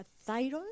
thyroid